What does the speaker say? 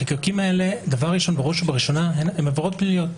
החיקוקים האלה הם עבירות פליליות.